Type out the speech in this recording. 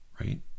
right